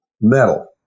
metal